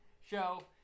show